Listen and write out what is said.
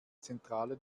zentrale